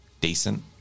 decent